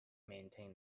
maintain